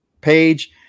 page